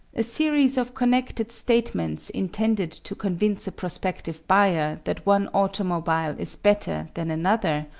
a series of connected statements intended to convince a prospective buyer that one automobile is better than another,